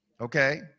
okay